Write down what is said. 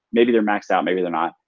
maybe they're maxed out, maybe they're not.